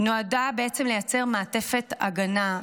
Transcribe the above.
נועדה בעצם לייצר מעטפת הגנה.